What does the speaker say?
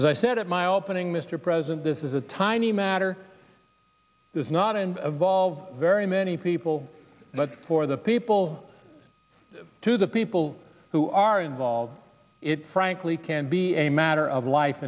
as i said at my opening mr president this is a tiny matter is not in of all very many people but for the people to the people who are involved it frankly can be a matter of life